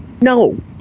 no